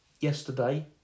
yesterday